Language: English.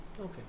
Okay